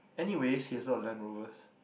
anyways he has a lot of Land Rovers